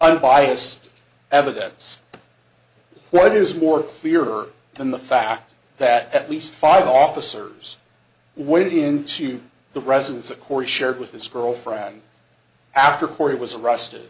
unbiased evidence what is more clearer than the fact that at least five officers went into the residence of course shared with his girlfriend after court he was arrested